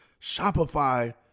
Shopify